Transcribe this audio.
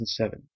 2007